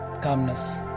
calmness